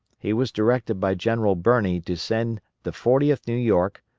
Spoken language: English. he was directed by general birney to send the fortieth new york,